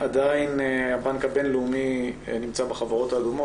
עדיין הבנק הבינלאומי נמצא בחברות האדומות,